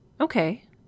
okay